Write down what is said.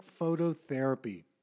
phototherapy